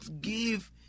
give